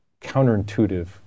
counterintuitive